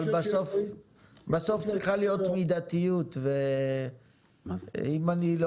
אבל בסוף צריכה להיות מידתיות ואם אני לא